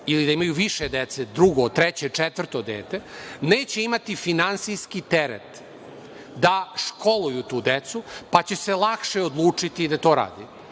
ili da imaju više dece, drugo, treće, četvrto dete, neće imati finansijski teret da školuju tu decu, pa će se lakše odlučiti da to